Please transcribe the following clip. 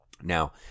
Now